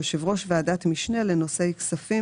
היינו נשארים עוד חודשיים בלי ספורט במדינת ישראל.